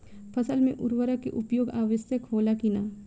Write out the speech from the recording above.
फसल में उर्वरक के उपयोग आवश्यक होला कि न?